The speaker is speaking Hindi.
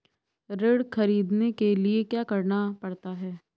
ऋण ख़रीदने के लिए क्या करना पड़ता है?